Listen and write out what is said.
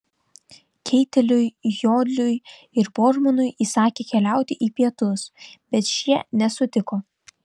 keiteliui jodliui ir bormanui įsakė keliauti į pietus bet šie nesutiko